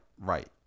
right